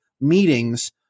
meetings